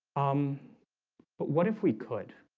um but what if we could